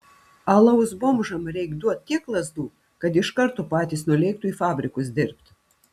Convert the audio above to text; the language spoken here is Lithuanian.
alaus bomžam reik duot tiek lazdų kad iš karto patys nulėktų į fabrikus dirbt